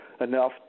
enough